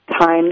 time